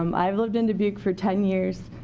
um i've lived in dubuque for ten years.